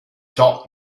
ciò